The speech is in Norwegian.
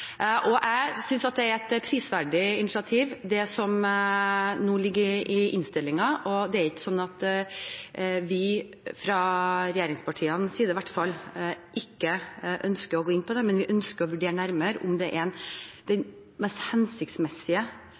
av. Jeg synes det er et prisverdig initiativ, det som nå ligger i innstillingen. Det er ikke slik at vi – fra regjeringspartienes side, i hvert fall – ikke ønsker å gå inn på det, men vi ønsker å vurdere nærmere om det er den mest hensiktsmessige